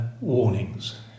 warnings